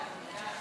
ההצעה